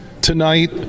tonight